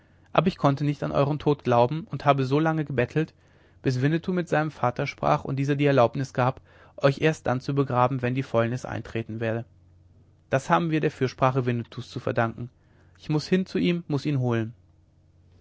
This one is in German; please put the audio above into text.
aber ich konnte nicht an euern tod glauben und habe so lange gebettelt bis winnetou mit seinem vater sprach und dieser die erlaubnis gab euch erst dann zu begraben wenn die fäulnis eintreten werde das haben wir der fürsprache winnetous zu verdanken ich muß hin zu ihm muß ihn holen